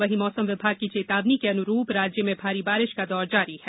वहीं मौसम विभाग की चेतावनी के अनुरूप राज्य में भारी बारिष का दौर जारी है